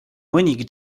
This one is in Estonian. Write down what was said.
mõnigi